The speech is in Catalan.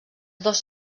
dos